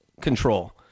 control